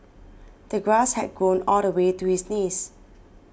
the grass had grown all the way to his knees